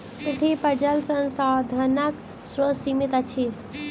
पृथ्वीपर जल संसाधनक स्रोत सीमित अछि